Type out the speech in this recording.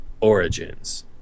Origins